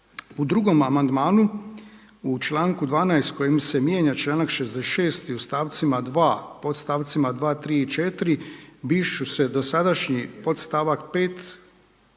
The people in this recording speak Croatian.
U drugom amandmanu u članku 12. kojim se mijenja članak 66. i u stavcima 2. podstavcima 2., 3 i 4. brišu se dosadašnji podstavak 5.